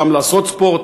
פעם לעשות ספורט,